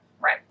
Right